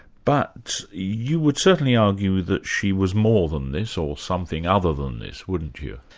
but you would certainly argue that she was more than this, or something other than this, wouldn't you?